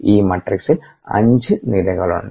ഈ മാട്രിക്സിൽ 5 നിരകളുണ്ട്